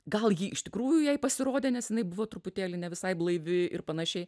gal ji iš tikrųjų jai pasirodė nes jinai buvo truputėlį ne visai blaivi ir panašiai